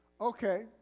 Okay